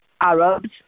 Arabs